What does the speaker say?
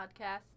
podcast